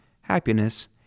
happiness